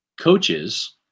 coaches